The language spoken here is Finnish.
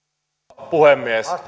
rouva puhemies